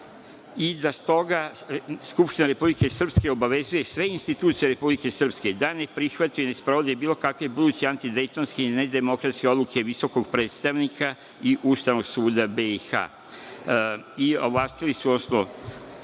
i da stoga Skupština Republike Srpske obavezuje sve institucije Republike Srpske da ne prihvataju i ne sprovode bilo kakve buduće antidejtonske i nedemokratske odluke visokog predstavnika i Ustavnog suda BiH. Ovlastili su, odnosno